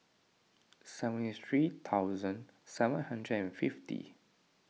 seventy three thousand seven hundred and fifty